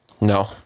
No